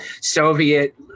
Soviet